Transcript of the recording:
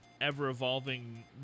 ever-evolving